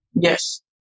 Yes